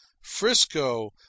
frisco